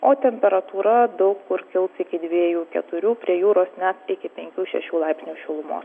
o temperatūra daug kur kils iki dviejų keturių prie jūros ne iki penkių šešių laipsnių šilumo